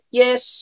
yes